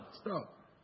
Stop